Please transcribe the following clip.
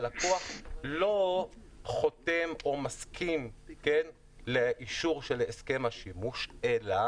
הלקוח לא חותם או מסכים לאישור של הסכם השימוש אלא